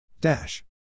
Dash